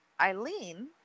Eileen